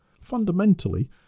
Fundamentally